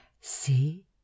see